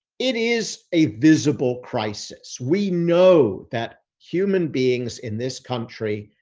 it is a visible crisis. we know that human beings in this country,